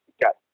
got